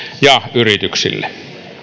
ja yrityksille